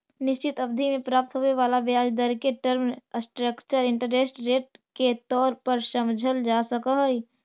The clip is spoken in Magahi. निश्चित अवधि में प्राप्त होवे वाला ब्याज दर के टर्म स्ट्रक्चर इंटरेस्ट रेट के तौर पर समझल जा सकऽ हई